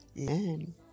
Amen